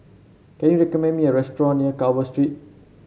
can you recommend me a restaurant near Carver Street